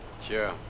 Sure